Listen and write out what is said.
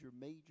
major